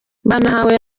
banahawe